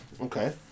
Okay